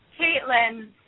Caitlin